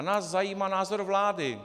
Nás zajímá názor vlády.